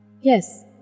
Yes